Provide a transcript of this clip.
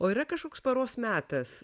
o yra kažkoks paros metas